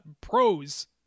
pros